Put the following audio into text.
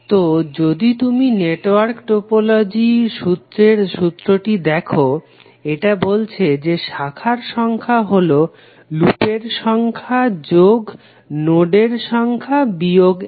তো যদি তুমি নেটওয়ার্ক টোপোলজির সুত্রটি দেখো এটা বলছে যে শাখার সংখ্যা হলো লুপের সংখ্যা যোগ নোডের সংখ্যা বিয়োগ এক